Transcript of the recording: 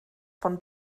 von